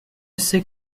sait